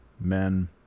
Men